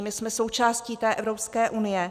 My jsme součástí té Evropské unie.